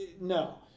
no